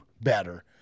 better